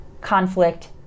conflict